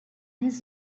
his